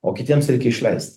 o kitiems reikia išleist